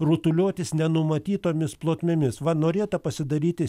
rutuliotis nenumatytomis plotmėmis va norėta pasidaryti